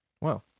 Wow